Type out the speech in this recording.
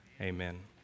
Amen